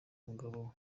umugabo